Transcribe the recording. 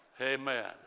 Amen